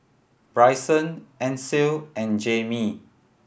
Brycen Ansel and Jamey